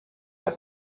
der